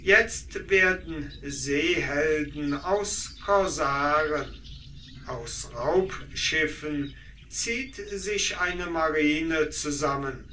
jetzt werden seehelden aus corsaren aus raubschiffen zieht sich eine marine zusammen